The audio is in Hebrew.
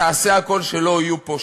גזע אחד, ובעיקר בלי כיפה.